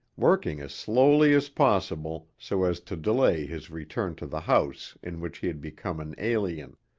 working as slowly as possible so as to delay his return to the house in which he had become an alien.